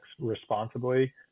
responsibly